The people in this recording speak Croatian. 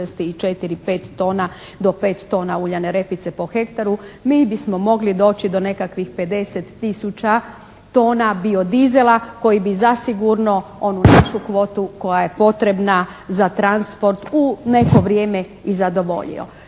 i 4-5 tona, do 5 tona uljane repice po hektaru mi bismo mogli doći do nekakvih 50 tisuća tona bio-diesela koji bi zasigurno onu našu kvotu koja je potrebna za transport u neko vrijeme i zadovoljio.